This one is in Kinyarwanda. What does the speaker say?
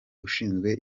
ushinzwe